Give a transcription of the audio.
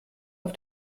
auf